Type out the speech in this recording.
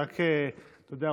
אתה יודע,